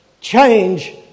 Change